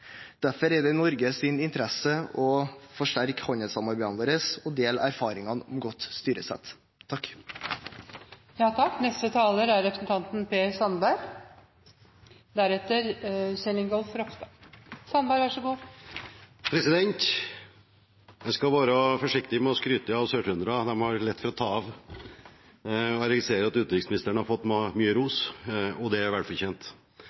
Derfor er det i Norges interesse å forsterke handelssamarbeidene våre og dele erfaringene om godt styresett. En skal være forsiktig med å skryte av sørtrøndere – de har lett for å ta av. Jeg registrerer at utenriksministeren har fått mye ros, og det er velfortjent. Denne redegjørelsen var meget bra. Jeg registrerer at noen ikke ser noe taktskifte og endring i denne regjeringens utenrikspolitikk, men det